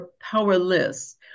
powerless